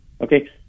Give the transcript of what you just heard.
Okay